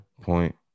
point